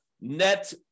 net